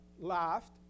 laughed